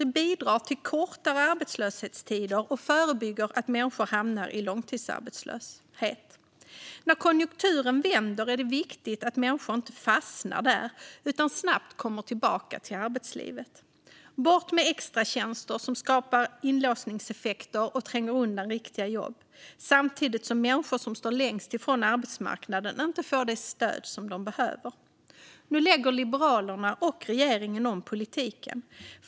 Det bidrar till kortare arbetslöshetstider och förebygger att människor hamnar i långtidsarbetslöshet. När konjunkturen vänder är det viktigt att människor inte fastnar i arbetslöshet utan snabbt kommer tillbaka till arbetslivet. Bort ska extratjänster, som skapar inlåsningseffekter och tränger undan riktiga jobb samtidigt som människor som står längst från arbetsmarknaden inte får det stöd som de behöver. Nu lägger Liberalerna och regeringen om politiken.